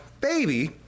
baby